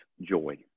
joy